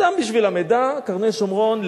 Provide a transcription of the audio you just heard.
סתם בשביל המידע: קרני-שומרון,